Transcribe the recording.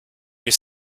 you